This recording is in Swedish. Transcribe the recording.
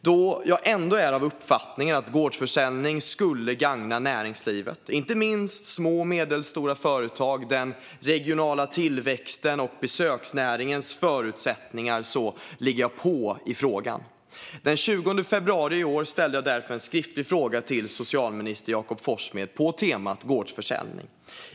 Då jag är av uppfattningen att gårdsförsäljning skulle gagna näringslivet, inte minst små och medelstora företag, den regionala tillväxten och besöksnäringens förutsättningar, ligger jag på i frågan. Den 20 februari i år ställde jag därför en skriftlig fråga till socialminister Jakob Forssmed på temat gårdsförsäljning.